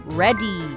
ready